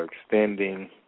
extending